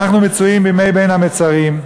אנחנו מצויים בימי בין המצרים.